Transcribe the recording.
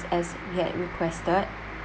as we had requested